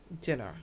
dinner